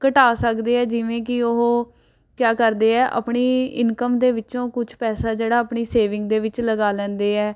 ਘਟਾ ਸਕਦੇ ਹੈ ਜਿਵੇਂ ਕਿ ਉਹ ਕਿਆ ਕਰਦੇ ਹੈ ਆਪਣੀ ਇਨਕਮ ਦੇ ਵਿੱਚੋਂ ਕੁਛ ਪੈਸਾ ਜਿਹੜਾ ਆਪਣੀ ਸੇਵਿੰਗ ਦੇ ਵਿੱਚ ਲਗਾ ਲੈਂਦੇ ਹੈ